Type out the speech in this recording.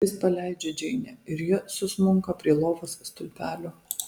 jis paleidžia džeinę ir ji susmunka prie lovos stulpelio